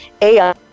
AI